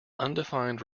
undefined